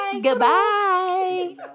Goodbye